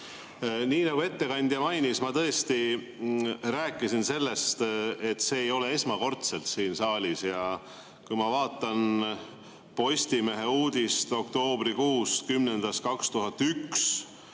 Nii nagu ettekandja mainis, ma tõesti rääkisin sellest, et see [teema] ei ole esmakordselt siin saalis. Ma vaatan Postimehe uudist 10. oktoobrist 2001,